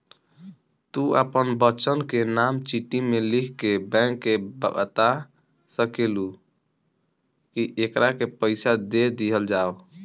तू आपन बच्चन के नाम चिट्ठी मे लिख के बैंक के बाता सकेलू, कि एकरा के पइसा दे दिहल जाव